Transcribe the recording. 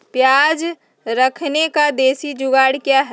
प्याज रखने का देसी जुगाड़ क्या है?